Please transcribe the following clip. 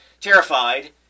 terrified